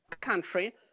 country